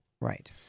right